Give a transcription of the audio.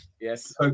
Yes